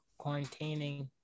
quarantining